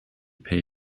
pay